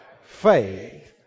faith